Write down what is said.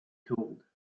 told